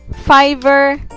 fiverr,